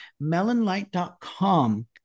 melonlight.com